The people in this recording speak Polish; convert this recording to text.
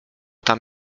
tam